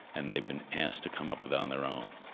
and they've been asked to come up with it on their own,